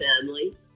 family